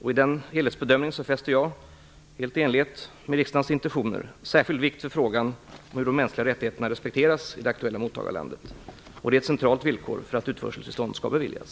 I denna helhetsbedömning fäster jag, helt i enlighet med riksdagens intentioner, särskild vikt vid frågan om hur de mänskliga rättigheterna respekteras i det aktuella mottagarlandet. Detta är ett centralt villkor för att utförseltillstånd skall beviljas.